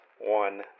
one